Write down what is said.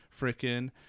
freaking